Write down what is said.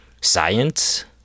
science